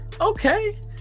okay